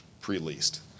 pre-leased